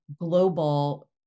global